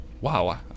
wow